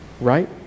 right